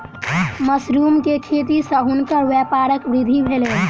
mushroom के खेती सॅ हुनकर व्यापारक वृद्धि भेलैन